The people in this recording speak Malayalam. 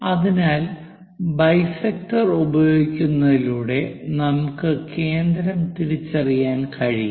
അതിനാൽ ബൈസെക്ടർ ഉപയോഗിക്കുന്നതിലൂടെ നമുക്ക് കേന്ദ്രം തിരിച്ചറിയാൻ കഴിയും